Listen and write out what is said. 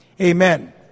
Amen